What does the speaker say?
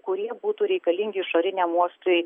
kurie būtų reikalingi išoriniam uostui